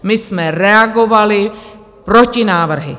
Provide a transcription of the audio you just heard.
My jsme reagovali protinávrhy.